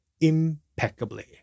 impeccably